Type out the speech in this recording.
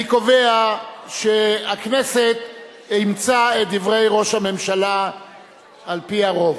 אני קובע שהכנסת אימצה את דברי ראש הממשלה על-פי הרוב.